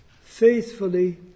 faithfully